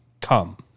come